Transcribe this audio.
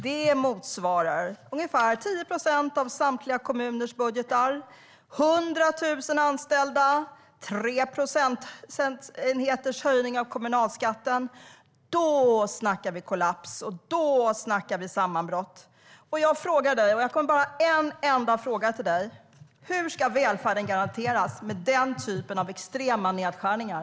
Det motsvarar ungefär 10 procent av samtliga kommuners budgetar, 100 000 anställda och 3 procentenheters höjning av kommunalskatten. Då snackar vi om kollaps, och då snackar vi om sammanbrott. Jag har bara en enda fråga till dig, Per Ramhorn. Hur ska välfärden garanteras med den typen av extrema nedskärningar?